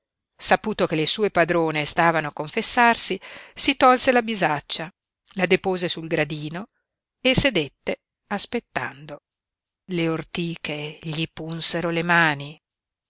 saputo che le sue padrone stavano a confessarsi si tolse la bisaccia la depose sul gradino e sedette aspettando le ortiche gli punsero le mani